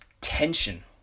tension